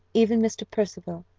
even mr. percival,